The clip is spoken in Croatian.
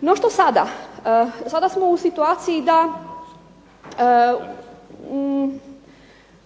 No što sada? Sada smo u situaciji da